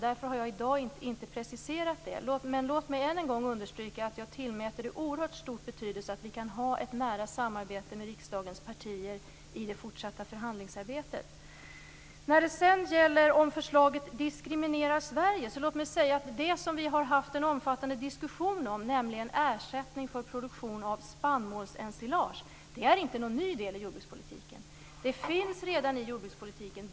Därför har jag i dag inte preciserat det. Jag vill än en gång understryka att jag tillmäter det oerhört stor betydelse att vi kan ha ett nära samarbete med riksdagens partier i det fortsatta förhandlingsarbetet. Sedan gäller det om förslaget diskriminerar Sverige. Det som vi har haft en omfattande diskussion om, nämligen ersättning för produktion av spannmålsensilage, är inte någon ny del i jordbrukspolitiken. Det finns redan i jordbrukspolitiken.